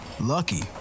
Lucky